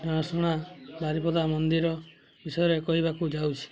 ଜଣା ଶୁଣା ବାରିପଦା ମନ୍ଦିର ବିଷୟରେ କହିବାକୁ ଯାଉଛି